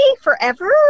forever